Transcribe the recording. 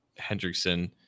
Hendrickson